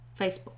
Facebook